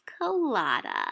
colada